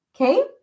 okay